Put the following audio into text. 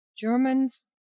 Germans